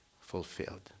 fulfilled